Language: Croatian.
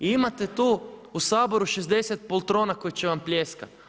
Imate tu u Saboru 60 pultrona koji će vam pljeskati.